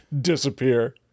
disappear